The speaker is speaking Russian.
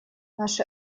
наше